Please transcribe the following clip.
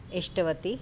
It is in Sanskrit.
इष्टवती